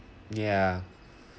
ya